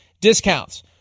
discounts